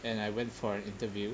and I went for an interview